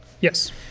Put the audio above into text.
Yes